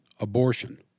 abortion